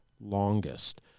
longest